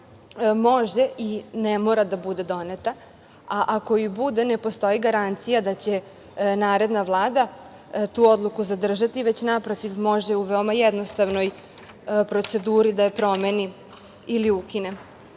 može i ne mora da bude doneta, a i ako bude, ne postoji garancija da će naredna Vlada tu odluku zadržati. Naprotiv, može u jednostavnoj proceduri da je promeni ili ukine.